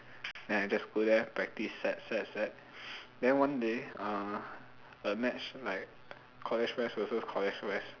then I just go there practice set set set then one day uh a match like college west versus college west